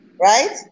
right